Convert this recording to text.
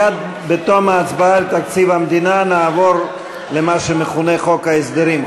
בתום ההצבעה על תקציב המדינה נעבור למה שמכונה חוק ההסדרים,